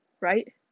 right